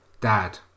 Dad